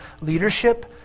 leadership